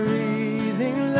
Breathing